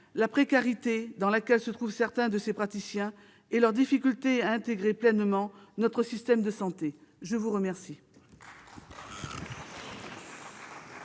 la précarité dans laquelle se trouvent certains de ces praticiens et leurs difficultés à intégrer pleinement notre système de santé. La parole